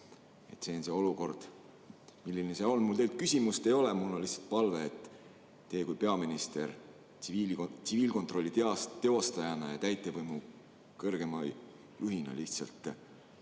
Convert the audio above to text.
See on see olukord, milline see on. Mul teile küsimust ei ole, mul on lihtsalt palve, et teie kui peaminister tsiviilkontrolli teostajana ja täitevvõimu kõrgeima juhina lihtsalt